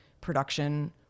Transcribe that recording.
production